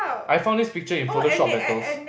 I found this picture in photoshop battles